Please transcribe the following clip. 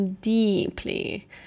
deeply